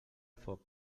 foc